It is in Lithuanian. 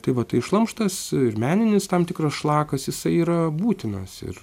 tai va tai šlamštas ir meninis tam tikras šlakas jisai yra būtinas ir